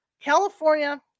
California